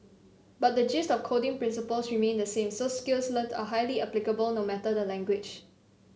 but the gist of coding principle remained the same so skills learnt are highly applicable no matter the language